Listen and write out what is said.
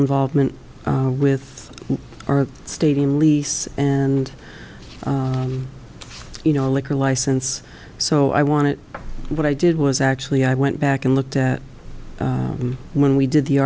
involvement with our stadium lease and you know a liquor license so i wanted what i did was actually i went back and looked at him when we did the